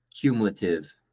cumulative